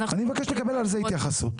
אני מבקש לקבל על זה התייחסות.